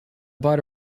bought